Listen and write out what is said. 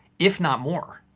if not more.